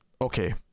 Okay